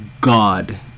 God